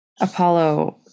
Apollo